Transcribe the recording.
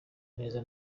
neza